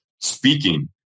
speaking